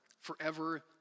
forever